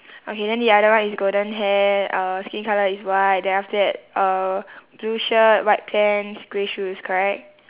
okay then the other one is golden hair uh skin colour is white then after that uh blue shirt white pants grey shoes correct